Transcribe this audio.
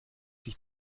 sich